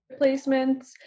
placements